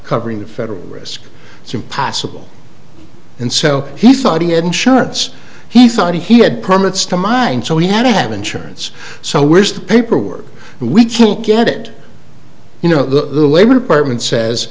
covering the federal risk it's impossible and so he thought he had insurance he thought he had permits to mine so he had to have insurance so where's the paperwork we can't get it you know the labor department says